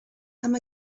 amb